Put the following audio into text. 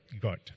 God